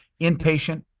inpatient